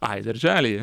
ai darželyje